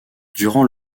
durant